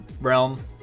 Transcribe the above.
realm